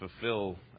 fulfill